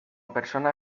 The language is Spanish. persona